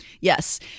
Yes